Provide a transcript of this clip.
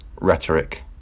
rhetoric